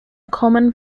common